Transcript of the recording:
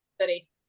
city